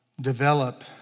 develop